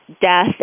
death